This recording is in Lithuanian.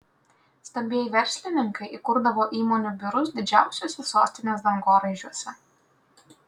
stambieji verslininkai įkurdavo įmonių biurus didžiausiuose sostinės dangoraižiuose